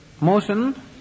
motion